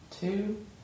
two